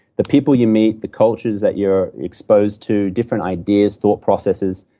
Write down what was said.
the people you meet, the cultures that you're exposed to, different ideas thought processes,